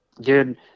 Dude